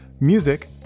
Music